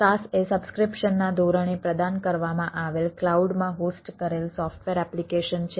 SaaS એ સબ્સ્ક્રિપ્શનના ધોરણે પ્રદાન કરવામાં આવેલ ક્લાઉડમાં હોસ્ટ કરેલ સોફ્ટવેર એપ્લિકેશન છે